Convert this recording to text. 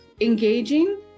engaging